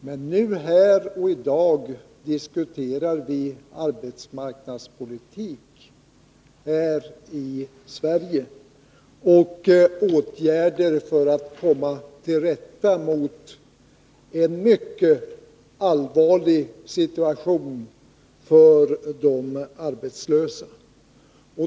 Men här och i dag diskuterar vi arbetsmarknadspolitik i Sverige och åtgärder för att komma till rätta med en mycket allvarlig situation för de arbetslösa.